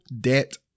debt